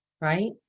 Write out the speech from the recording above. right